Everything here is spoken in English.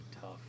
tough